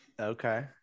Okay